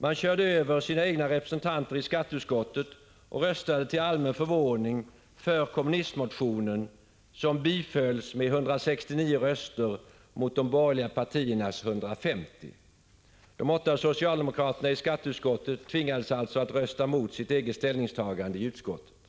Man körde över sina egna representanter i skatteutskottet och röstade till allmän förvåning för kommunistmotionen, som bifölls med 169 röster mot de borgerliga partiernas 150. De åtta socialdemokraterna i skatteutskottet tvingades alltså att rösta mot sitt eget ställningstagande i utskottet. Prot.